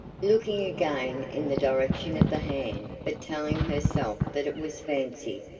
looking again in the direction of the hand, but telling herself that it was fancy,